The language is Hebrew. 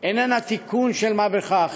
איננה תיקון של מה בכך,